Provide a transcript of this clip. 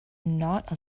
not